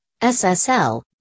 SSL